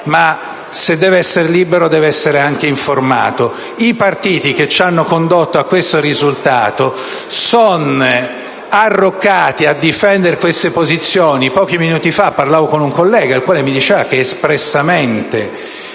Ma se deve essere tale, deve essere anche informato. I partiti che ci hanno condotto a questo risultato sono arroccati a difendere queste posizioni. Pochi minuti fa ho parlato con un collega che mi ha detto che non c'è espressamente